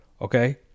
Okay